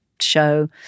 show